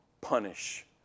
punish